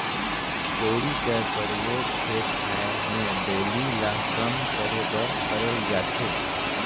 कोड़ी कर परियोग खेत खाएर मे डोली ल सम करे बर करल जाथे